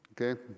okay